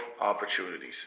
opportunities